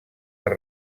per